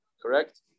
Correct